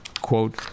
quote